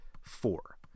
four